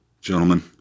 Gentlemen